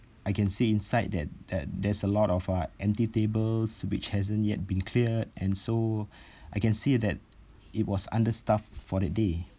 I can see inside that that there's a lot of uh empty tables which hasn't yet been clear and so I can see that it was understaffed for the day